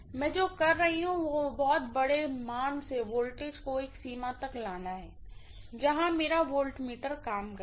मैं जो कर रही हूँ वह बहुत बड़े मान से वोल्टेज को एक सीमा तक लाना है जहां मेरा वोल्ट्मीटर काम करेगा